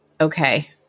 Okay